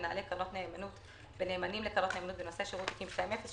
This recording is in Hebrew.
מנהלי קרנות נאמנות ונאמנים לקרנות נאמנות בנושא שירות תיקים 2.0,